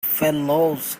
fellows